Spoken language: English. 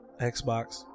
Xbox